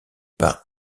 par